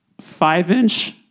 five-inch